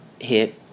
hit